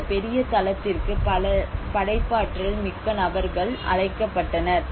அந்த பெரிய தளத்திற்கு பல படைப்பாற்றல் மிக்க நபர்கள் அழைக்கப்பட்டனர்